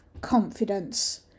confidence